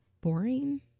boring